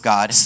God